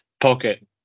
pocket